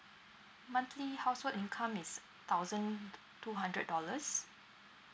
monthly household income is thousand two hundred dollars